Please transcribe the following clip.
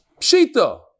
Pshita